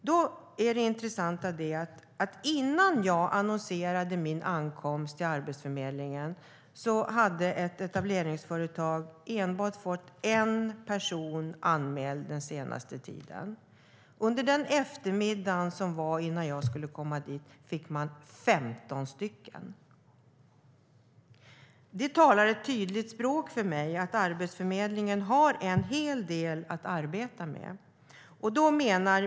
Det intressanta är att innan jag annonserande min ankomst till Arbetsförmedlingen hade ett etableringsföretag fått enbart en person anmäld den senaste tiden. Under den eftermiddag som var innan jag skulle komma dit fick man 15. Det talar sitt tydliga språk för mig att Arbetsförmedlingen har en hel del att arbeta med.